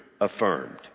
affirmed